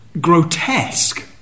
grotesque